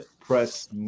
press